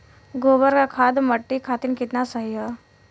गोबर क खाद्य मट्टी खातिन कितना सही ह?